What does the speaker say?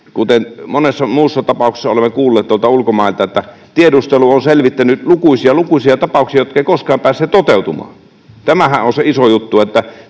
Kuten monessa muussa tapauksessa olemme kuulleet ulkomailta, tiedustelu on selvittänyt lukuisia lukuisia tapauksia, jotka eivät koskaan päässeet toteutumaan. Tämähän on se iso juttu,